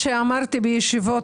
יתנו.